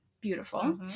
Beautiful